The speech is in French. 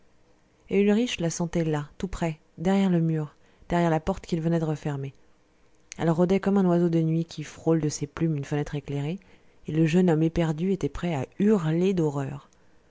et ulrich la sentait là tout près derrière le mur derrière la porte qu'il venait de refermer elle rôdait comme un oiseau de nuit qui frôle de ses plumes une fenêtre éclairée et le jeune homme éperdu était prêt à hurler d'horreur